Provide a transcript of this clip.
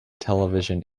television